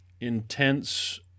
intense